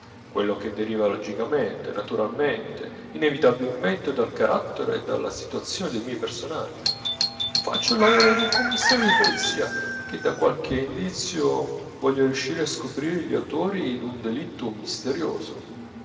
quello che deriva logicamente naturalmente inevitabilmente dal carattere e dalla situazione dei miei personaggi faccio il lavoro d'un commissario di polizia che da qualche indizio voglia riuscire a scoprire gli autori d'un delitto misterioso